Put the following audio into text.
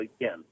again